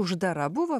uždara buvo